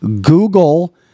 google